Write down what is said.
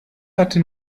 hatte